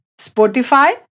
Spotify